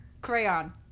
crayon